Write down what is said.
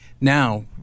Now